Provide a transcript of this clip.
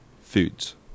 Foods